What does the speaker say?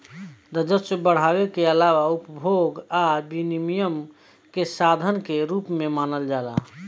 राजस्व बढ़ावे के आलावा उपभोग आ विनियम के साधन के रूप में मानल जाला